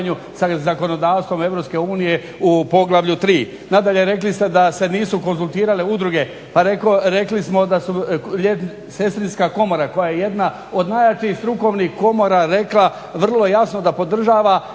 sa zakonodavstvom Europske unije u poglavlju 3. Nadalje, rekli ste da se nisu konzultirale udruge. Pa rekli smo da su Sestrinska komora koja je jedna od najjačih strukovnih komora rekla vrlo jasno da podržava